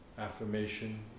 Affirmation